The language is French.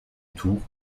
tours